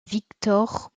victor